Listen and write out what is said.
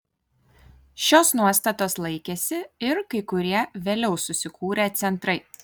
šios nuostatos laikėsi ir kai kurie vėliau susikūrę centrai